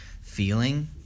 feeling